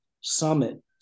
summit